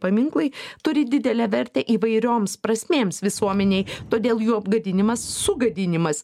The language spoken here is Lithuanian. paminklai turi didelę vertę įvairioms prasmėms visuomenėj todėl jų apgadinimas sugadinimas